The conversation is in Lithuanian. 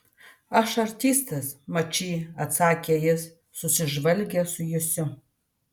aš artistas mačy atsakė jis susižvalgęs su jusiu